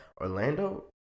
Orlando